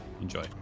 enjoy